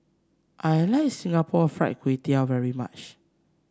I Like Singapore Fried Kway Tiao very much